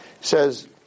says